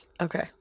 Okay